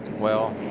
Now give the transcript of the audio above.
well